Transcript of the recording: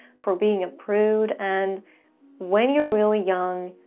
for being a prude. and when you're really young,